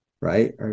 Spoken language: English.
right